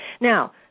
Now